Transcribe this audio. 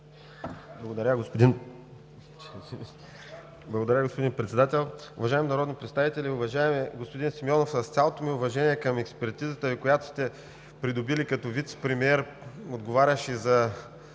Благодаря, господин Председател. Уважаеми народни представители! Уважаеми господин Симеонов, с цялото ми уважение към експертизата Ви, която сте придобили като вицепремиер, отговарящ и за